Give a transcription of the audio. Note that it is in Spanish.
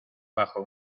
bajo